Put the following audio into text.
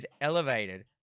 elevated